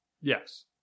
Yes